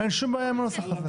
אין שום בעיה עם הנוסח הזה.